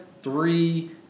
three